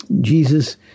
Jesus